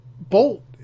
Bolt